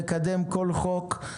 נקדם כל חוק,